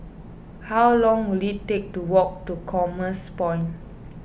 how long will it take to walk to Commerce Point